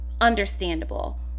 understandable